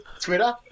Twitter